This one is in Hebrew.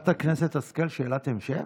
חברת הכנסת השכל, שאלת המשך?